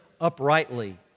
uprightly